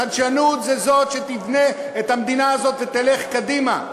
והחדשנות היא שתבנה את המדינה הזאת ותלך קדימה,